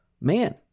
Man